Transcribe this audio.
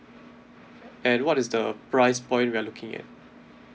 and what is the price point we are looking at